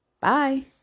bye